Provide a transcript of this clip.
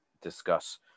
discuss